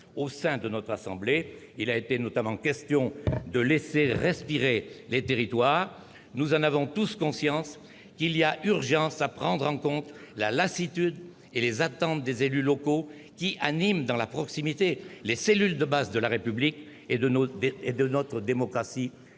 au sein de notre assemblée. Il a été notamment question de « laisser respirer les territoires »: nous avons tous conscience qu'il y a urgence à prendre en compte la lassitude et les attentes des élus locaux, qui animent dans la proximité les cellules de base de la République et de notre démocratie